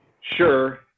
sure